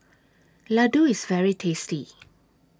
Ladoo IS very tasty